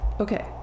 Okay